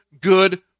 good